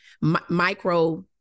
Micro